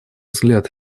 взгляд